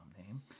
name